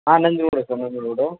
ಹಾಂ ನಂಜನ್ಗೂಡು ಹತ್ರ ನಂಜನಗೂಡು